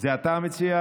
זה אתה המציע?